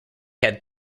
had